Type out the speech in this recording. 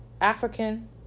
african